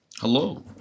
hello